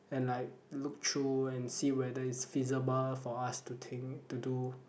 and like look through and see whether is feasible for us to think to do